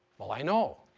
well, i know.